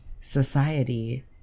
society